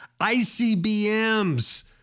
ICBMs